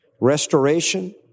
restoration